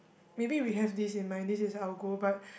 maybe we have this in mind this is our goal but